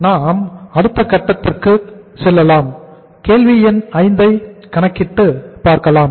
நாம் அடுத்த கட்டத்திற்கு செல்லலாம் கேள்வி எண் 5 ஐ கணக்கிட்டுப் பார்க்கலாம்